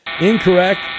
Incorrect